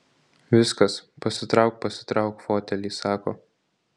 viskas pasitrauk pasitrauk fotelį sako